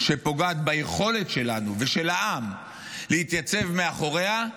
שפוגעת ביכולת שלנו ושל העם להתייצב מאחוריה,